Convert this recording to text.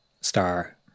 star